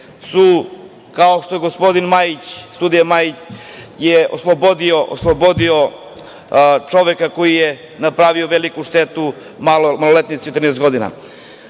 su, kao što je gospodin sudija Majić oslobodio čoveka koji je napravio veliku štetu maloletnici od trinaest